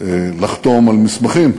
לחתום על מסמכים.